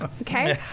Okay